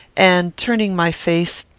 and, turning my face,